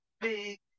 big